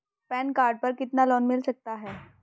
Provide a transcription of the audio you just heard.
Pan card पर कितना loan मिल सकता है?